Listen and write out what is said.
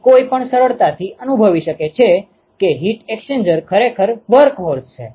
તેથી કોઈ પણ સરળતાથી અનુભવી શકે છે કે હીટ એક્સ્ચેન્જર ખરેખર વર્કહોર્સ છે